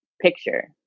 picture